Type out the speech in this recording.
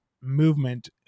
movement